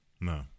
No